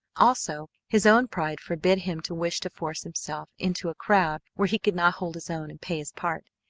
also, his own pride forbade him to wish to force himself into a crowd where he could not hold his own and pay his part.